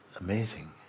Amazing